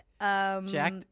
Jack